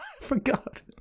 Forgot